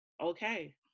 okay